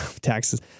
taxes